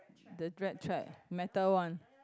the rat trap metal one